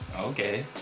Okay